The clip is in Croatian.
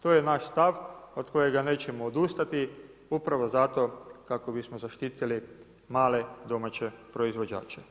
To je naš stav od kojega nećemo odustati upravo zato kako bismo zaštitili male domaće proizvođače.